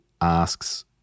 asks